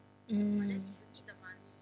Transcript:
mm